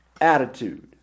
attitude